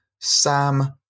Sam